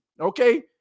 Okay